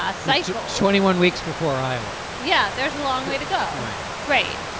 ah cycle twenty one weeks before iowa yeah there's a long way to go. right. right.